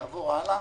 נעבור הלאה.